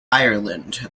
ireland